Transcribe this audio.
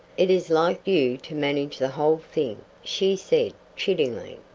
it is like you to manage the whole thing, she said, chidingly.